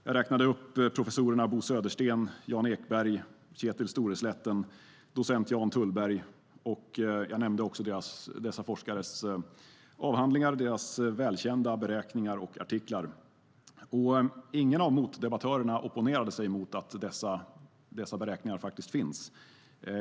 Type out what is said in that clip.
Jag räknade upp professorerna Bo Södersten, Jan Ekberg, Kjetil Storesletten och docent Jan Tullberg. Jag nämnde dessa forskares avhandlingar samt välkända beräkningar och artiklar. Ingen av mina motdebattörer opponerade sig mot att dessa beräkningar faktiskt finns.